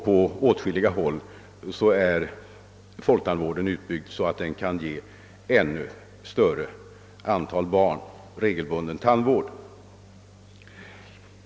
På åtskilliga håll är folktandvården dessutom så väl utbyggd att den kan ge ett ännu större antal barn regelbunden tandvård.